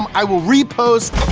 um i will repost.